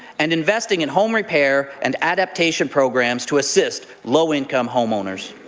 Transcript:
and investing in home repair and adaptation programs to assist low-income homeowners.